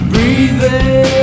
Breathing